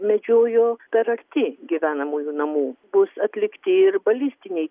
medžiojo per arti gyvenamųjų namų bus atlikti ir balistiniai